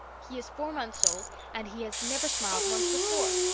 he is four months old and he has never smiled once before.